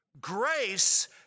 grace